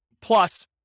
plus